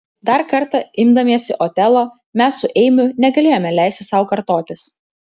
dar kartą imdamiesi otelo mes su eimiu negalėjome leisti sau kartotis